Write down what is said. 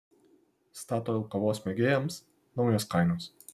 statoil kavos mėgėjams naujos kainos